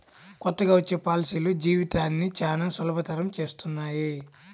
కొత్తగా వచ్చే పాలసీలు జీవితాన్ని చానా సులభతరం చేస్తున్నాయి